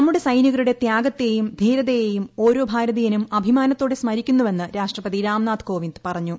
നമ്മുടെ സൈനികരുടെ ത്യാഗത്തെയും ധീരതയേയും ഓരോ ഭാരതീയനും അഭിമാനത്തോടെ സ്മരിക്കുന്നൂവെന്ന് രാഷ്ട്രപതി രാംനാഥ് കോവിന്ദ് പറഞ്ഞു